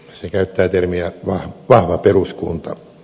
se käyttää termiä vahva peruskunta